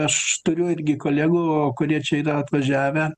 aš turiu irgi kolegų kurie čia yra atvažiavę